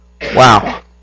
Wow